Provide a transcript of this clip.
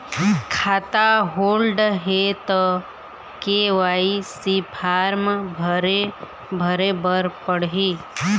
खाता होल्ड हे ता के.वाई.सी फार्म भरे भरे बर पड़ही?